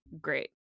great